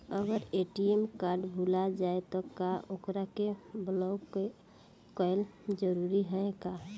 अगर ATM card भूला जाए त का ओकरा के बलौक कैल जरूरी है का?